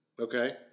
Okay